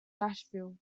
nashville